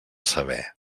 saber